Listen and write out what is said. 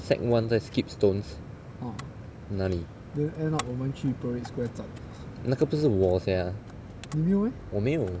secondary one 在 skip stones 哪里那个不是我 sia 我没有